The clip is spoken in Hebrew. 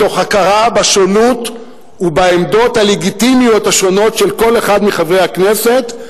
מתוך הכרה בשונות ובעמדות הלגיטימיות השונות של כל אחד מחברי הכנסת,